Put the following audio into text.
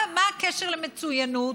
מה הקשר למצוינות?